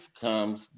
comes